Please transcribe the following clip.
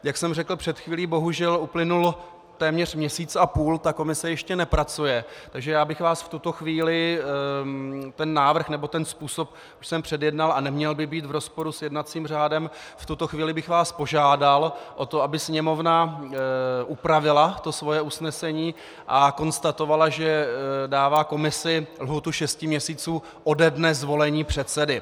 Jak jsem řekl před chvílí, bohužel uplynul téměř měsíc a půl, komise ještě nepracuje, takže bych vás v tuto chvíli návrh nebo způsob jsem předjednal a neměl by být v rozporu s jednacím řádem v tuto chvíli bych vás požádal o to, aby Sněmovna upravila svoje usnesení a konstatovala, že dává komisi lhůtu šesti měsíců ode dne zvolení předsedy.